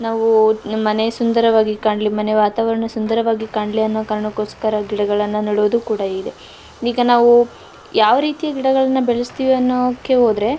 ನಾವು ನಮ್ಮ ಮನೆ ಸುಂದರವಾಗಿ ಕಾಣಲಿ ಮನೆ ವಾತಾವರಣ ಸುಂದರವಾಗಿ ಕಾಣಲಿ ಅನ್ನೋ ಕಾರಣಕೋಸ್ಕರ ಗಿಡಗಳನ್ನು ನೆಡೋದು ಕೂಡ ಇದೆ ಈಗ ನಾವು ಯಾವ ರೀತಿಯ ಗಿಡಗಳನ್ನು ಬೆಳಸ್ತೀವಿ ಅನ್ನೋಕ್ಕೆ ಹೋದ್ರೆ